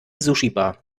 sushibar